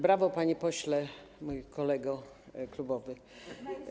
Brawo, panie pośle, mój kolego klubowy.